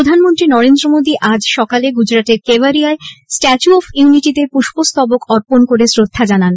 প্রধানমন্ত্রী নরেন্দ্র মোদী আজ সকালে গুজরাটের কেভারিয়ায় স্ট্যাচু অফ ইউনিটিতে পৃষ্পস্তবক অর্পন করে শ্রদ্ধা জানান